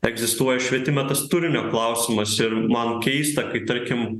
egzistuoja švietime tas turinio klausimas ir man keista kai tarkim